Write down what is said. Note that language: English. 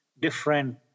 different